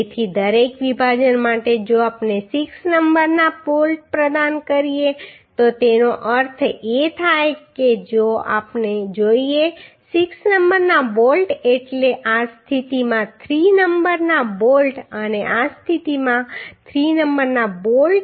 તેથી દરેક વિભાજન માટે જો આપણે 6 નંબરના બોલ્ટ પ્રદાન કરીએ તો તેનો અર્થ એ થાય કે જો આપણે જોઈએ કે 6 નંબરના બોલ્ટ એટલે આ સ્થિતિમાં 3 નંબરના બોલ્ટ અને આ સ્થિતિમાં 3 નંબરના બોલ્ટ